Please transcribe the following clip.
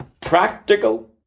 Practical